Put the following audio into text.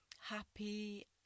happy